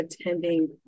attending